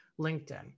LinkedIn